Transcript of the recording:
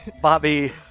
Bobby